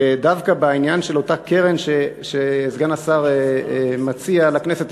ודווקא בעניין של אותה קרן שסגן השר מציע לכנסת,